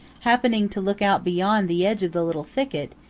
happening to look out beyond the edge of the little thicket,